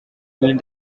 mean